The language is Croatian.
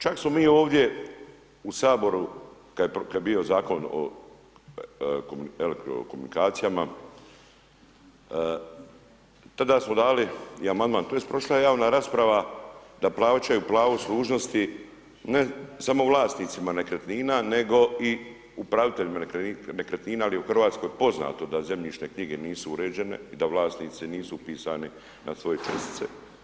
Čak smo mi ovdje u Saboru, kada je bio Zakon o telekomunikacijama, tada smo dali i amandman, tj. prošla je javna rasprava da plaćaju pravo služnosti ne samo vlasnicima nekretnina nego i upraviteljima nekretnina, jer je u Hrvatskoj poznato da zemljišne knjige nisu uređene i da vlasnici nisu upisani na svoje čestice.